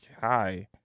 hi